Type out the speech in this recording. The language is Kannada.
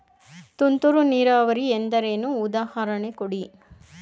ತುಂತುರು ನೀರಾವರಿ ಎಂದರೇನು, ಉದಾಹರಣೆ ಕೊಡಿ?